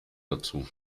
dazu